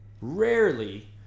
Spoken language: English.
Rarely